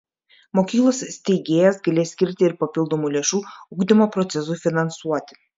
mokyklos steigėjas galės skirti ir papildomų lėšų ugdymo procesui finansuoti